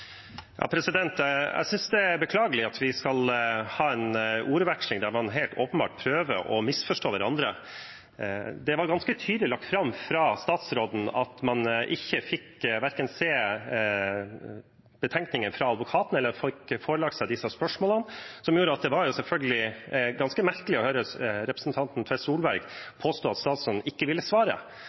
beklagelig at vi skal ha en ordveksling der man helt åpenbart prøver å misforstå hverandre. Det var ganske tydelig lagt fram av statsråden at man verken fikk se betenkningen fra advokaten eller ble forelagt disse spørsmålene. Det gjorde at det var ganske merkelig å høre representanten Tvedt Solberg påstå at statsråden ikke ville svare.